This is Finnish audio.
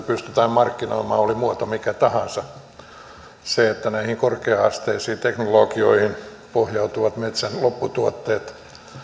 pystytään markkinoimaan oli muoto mikä tahansa se että näihin korkea asteisiin teknologioihin pohjautuvat metsän lopputuotteet